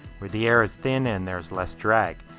where the air is thin and there's less drag.